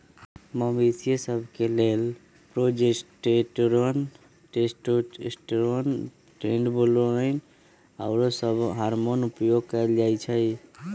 मवेशिय सभ के लेल प्रोजेस्टेरोन, टेस्टोस्टेरोन, ट्रेनबोलोन आउरो सभ हार्मोन उपयोग कयल जाइ छइ